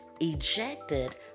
ejected